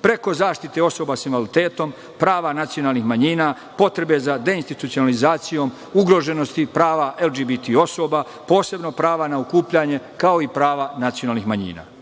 preko zaštite osoba sa invaliditetom, prava nacionalnih manjina, potrebe za deinstitucionalizacijom, ugroženosti prava LGBT osoba, posebno prava na okupljanje, kao i prava nacionalnih manjina. Posebno